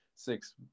six